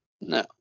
No